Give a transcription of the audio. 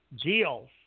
deals